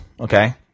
Okay